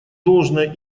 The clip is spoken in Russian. должное